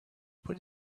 put